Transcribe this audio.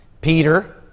Peter